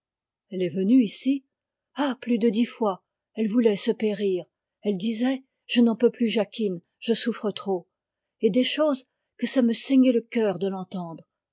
elle est venue ici ah plus de dix fois elle voulait se périr elle disait je n'en peux plus jacquine je souffre trop et des choses que ça me saignait le cœur de l'entendre